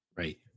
Right